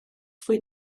fwy